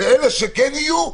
אלה שכן יהיו,